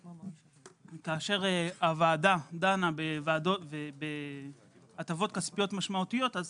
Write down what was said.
כאשר הוועדה דנה בהטבות כספיות משמעותיות אז